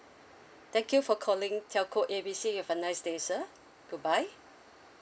thank you for calling telco A B C you have a nice day sir goodbye